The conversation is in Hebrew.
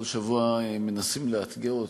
כל שבוע מנסים לאתגר אותי,